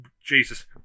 Jesus